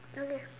okay